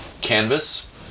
canvas